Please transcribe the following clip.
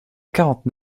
quarante